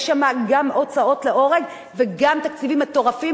יש שם גם הוצאות להורג וגם תקציבים מטורפים,